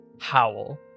Howl